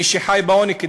מי שחי בעוני,